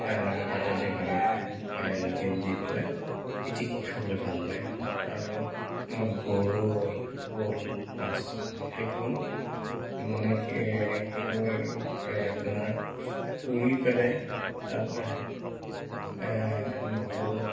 এনেকৈ পাতত দি খালে দি পেলাই পিটিকি খাবলৈ ভাল লাগে আৰু আমাৰ গৰৈ শ'ল মাছ এইবোৰ মানে কি কয় আপোনাৰ পুৰি পেলে নহৰু